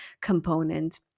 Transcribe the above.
component